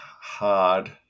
hard